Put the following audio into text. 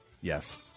Yes